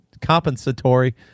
compensatory